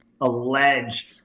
Alleged